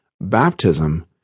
Baptism